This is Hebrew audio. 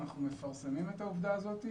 אנחנו מפרסמים את העובדה הזאת.